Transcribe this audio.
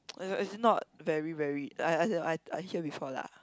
as as in not very very like as in I I hear before lah